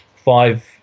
five